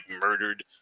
murdered